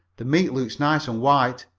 the meat looks nice and white.